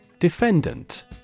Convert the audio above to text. Defendant